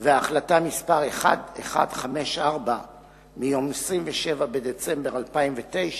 והחלטה מס' 1154 מיום 27 בדצמבר 2009,